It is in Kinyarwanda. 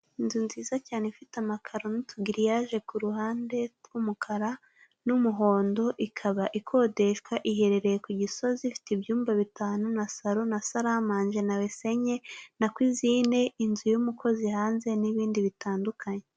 Inzu nziza cyane ifite amakaro n'utu griage ku ruhande rw'umukara, n'umuhondo, ikaba ikodeshwa iherereye ku Gisozi, ifite ibyumba bitanu, na salon, na sale en mange, wese enye, na cuisine, inzu y'umukozi hanze, n'ibindi bitandukanye.